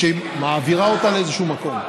או שהיא מעבירה אותה לאיזשהו מקום.